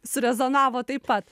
surezonavo taip pat